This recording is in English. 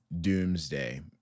doomsday